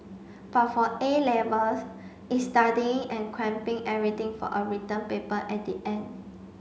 but for A Levels it's studying and cramping everything for a written paper at the end